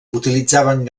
utilitzaven